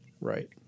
right